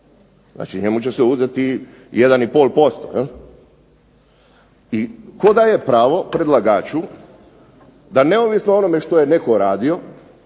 Znači njemu će se uzeti 1 i pol posto? I tko daje pravo predlagaču da neovisno o onome što je netko radio,